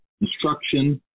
instruction